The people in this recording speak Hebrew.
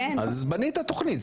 אז בנית תוכנית,